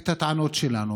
את הטענות שלנו.